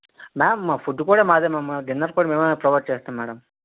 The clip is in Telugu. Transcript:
మ్యామ్ మా ఫుడ్ కూడా మాదే మ్యామ్ డిన్నర్ కూడా మేమే ప్రొవైడ్ చేస్తాం మ్యాడం